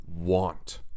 want